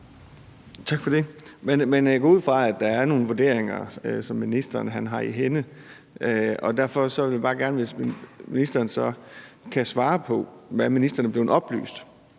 Tak for det. Men jeg går ud fra, at der er nogle vurderinger, som ministeren har i hænde, og derfor vil jeg bare gerne have, at ministeren så kan svare på, hvad ministeren er blevet oplyst